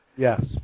Yes